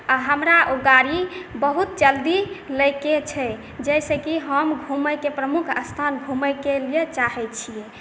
आ हमरा ओ गाड़ी बहुत जल्दी लय के छै जाहिसँ कि हम घुमयके प्रमुख स्थान घुमयके लिए चाहैत छियै